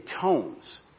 tones